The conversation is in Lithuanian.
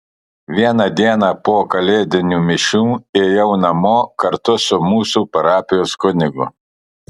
vieną dieną po kalėdinių mišių ėjau namo kartu su mūsų parapijos kunigu